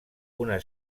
una